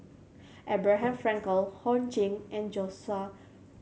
Abraham Frankel Ho Ching and Joshua